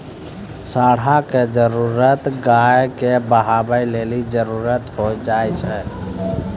साँड़ा के जरुरत गाय के बहबै लेली करलो जाय छै